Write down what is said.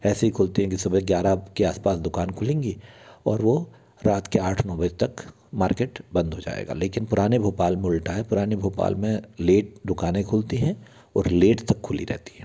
ऐसे ही खुलती हैं कि सुबह ग्यारह के आसपास दुकान खुलेंगी और वो रात के आठ नौ बजे तक मार्केट बंद हो जाएगा लेकिन पुराने भोपाल में उल्टा है पुराने भोपाल में लेट दुकानें खुलती हैं और लेट तक खुली रहती हैं